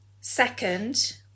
Second